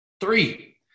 Three